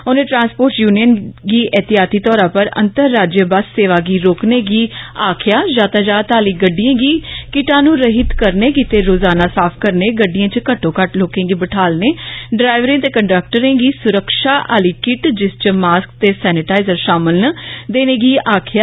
उन्ने transporter union गी ऐहतयाती तौरा पर अंतर राज्य बस सेवा गी रोकनें गी आख्या यातायात आहली गड्डियें गी कटानू रहित करने गितै रोजाना साफ करने गइडियें च घट्टो घट्ट लोकें गी बठालने ड्राईवरें ते कंडक्टरें गी सुरक्षा आहली किट जिस च मास्क ते सैनीटाइजर शामल न देने गी आखेया